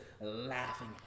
laughing